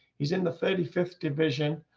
he's in the thirty fifth division,